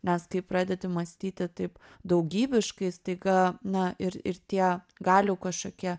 nes kai pradedi mąstyti taip daugybiškai staiga na ir ir tie galių kažkokie